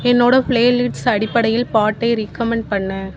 என்னோடய ப்ளேலிட்ஸ் அடிப்படையில் பாட்டை ரிக்கமண்ட் பண்ணு